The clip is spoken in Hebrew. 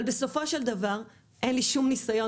אבל בסופו של דבר אין לי שום ניסיון